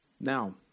Now